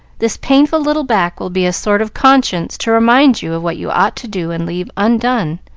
this painful little back will be a sort of conscience to remind you of what you ought to do and leave undone,